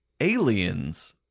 Aliens